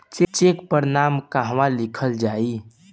Check पर नाम कहवा लिखल जाइ?